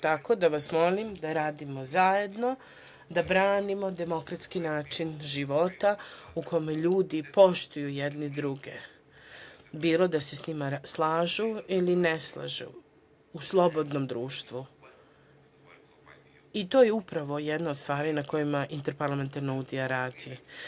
Tako da vas molim da radimo zajedno, da branimo demokratski način života u kome ljudi poštuju jedni druge, bilo da se sa njima slažu ili ne slažu u slobodnom društvu i to je upravo jedna od stvari na kojoj Interparlamentarna unija radi.